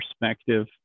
perspective